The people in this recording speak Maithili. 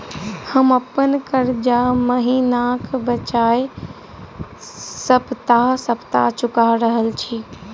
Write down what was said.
हम अप्पन कर्जा महिनाक बजाय सप्ताह सप्ताह चुका रहल छि